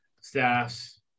staffs